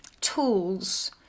tools